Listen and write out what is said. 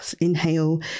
inhale